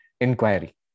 Inquiry